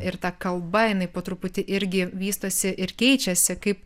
ir ta kalba jinai po truputį irgi vystosi ir keičiasi kaip